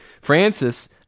Francis